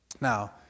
Now